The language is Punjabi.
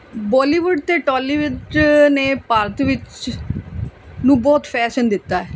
ਬੋਲੀਵੁੱਡ ਅਤੇ ਟੋਲੀ ਵਿੱਚ ਨੇ ਭਾਰਤ ਵਿੱਚ ਨੂੰ ਬਹੁਤ ਫੈਸ਼ਨ ਦਿੱਤਾ